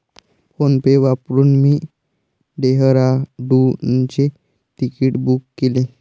PhonePe वापरून मी डेहराडूनचे तिकीट बुक केले